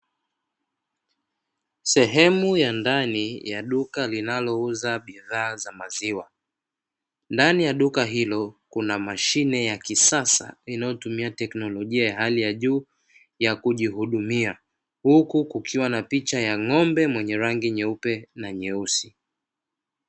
Sehemu ya ndani ya duka linalouza bidhaa za maziwa, ndani ya duka hilo kuna mashine ya kisasa inayotumia teknolojia ya hali ya juu ya kujihudumia huku kukiwa na picha ya ng'ombe mwenye rangi nyeupe na nyeusi.